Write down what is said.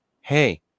hey